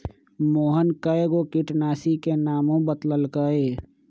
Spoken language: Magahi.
मोहन कै गो किटनाशी के नामो बतलकई